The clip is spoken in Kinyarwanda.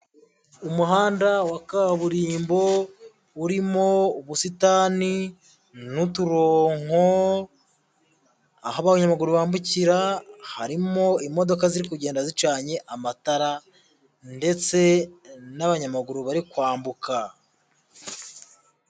Umuhanda wa kaburimbo urimo ubusitani n'uturonko, aho abanyamaguru bambukira harimo imodoka ziri kugenda zicanye amatara ndetse n'abanyamaguru bari kwambuka.